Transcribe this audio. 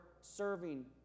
serving